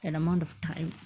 that amount of time